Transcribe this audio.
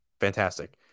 Fantastic